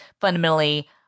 fundamentally